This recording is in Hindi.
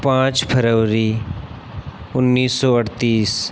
पाँच फरवरी उन्नीस सौ अड़तीस